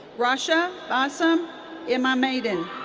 rasha bassam ihmaiden.